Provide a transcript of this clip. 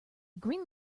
green